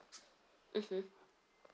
mmhmm